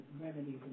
remedies